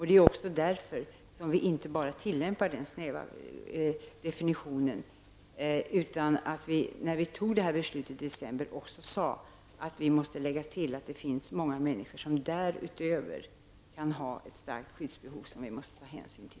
Det är också därför som vi tillämpar inte bara denna snäva definition. När vi fattade detta beslut i december sade vi att det måste tilläggas att det finns många människor som därutöver kan ha ett starkt skyddsbehov som vi måste ta hänsyn till.